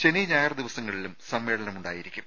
ശനി ഞായർ ദിവസങ്ങളിലും സമ്മേളനം ഉണ്ടായിരിക്കും